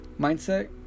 mindset